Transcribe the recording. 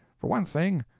for one thing,